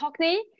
Hockney